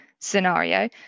scenario